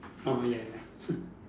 orh ya ya